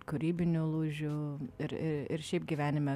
kūrybinių lūžių ir ir šiaip gyvenime